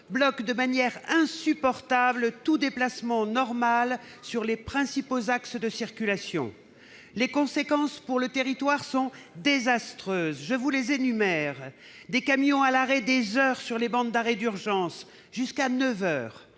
bloquent de manière insupportable tout déplacement normal sur les principaux axes de circulation. Les conséquences pour le territoire sont désastreuses. Je vous les énumère : des camions bloqués sur les bandes d'arrêt d'urgence, parfois neuf heures